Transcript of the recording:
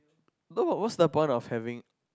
no what's the point of having